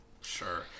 Sure